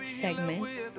segment